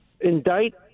indict